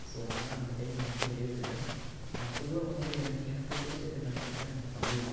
so அதனால் அந்த டைமில் மட்டும் எழுதுகிறது நான் பொதுவாக வந்து எனக்கு எனக்கு பிடிச்சது என்னென்னு பார்த்தீங்கன்னா எனக்கு தமிழ் தான்